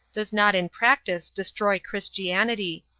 does not in practice destroy christianity.